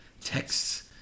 texts